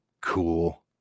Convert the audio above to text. cool